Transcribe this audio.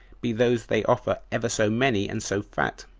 be those they offer ever so many and so fat,